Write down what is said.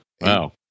Wow